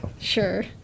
Sure